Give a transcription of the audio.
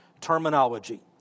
terminology